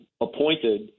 appointed